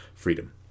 Freedom